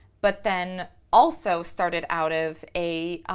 but then also started out of a